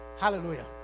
Hallelujah